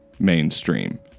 mainstream